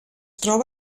troba